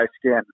skin